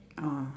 oh